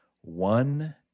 one